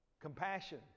Compassion